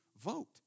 vote